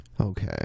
Okay